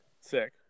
Sick